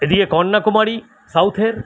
এ দিকে কন্যাকুমারী সাউথের